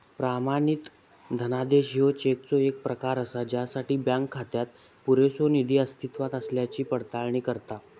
प्रमाणित धनादेश ह्यो चेकचो येक प्रकार असा ज्यासाठी बँक खात्यात पुरेसो निधी अस्तित्वात असल्याची पडताळणी करता